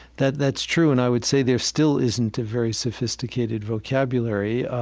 that that's true, and i would say there still isn't a very sophisticated vocabulary.